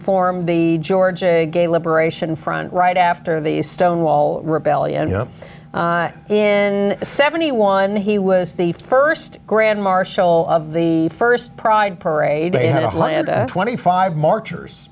formed the georgia gay liberation front right after the stonewall rebellion here in seventy one he was the first grand marshal of the first pride parade a hundred twenty five marchers